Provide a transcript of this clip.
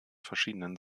verschiedenen